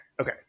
okay